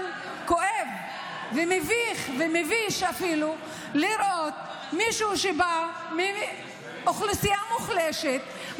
אבל כואב ומביך ואפילו מביש לראות מישהו שבא מאוכלוסייה מוחלשת,